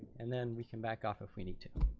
and then we can back off if we need to.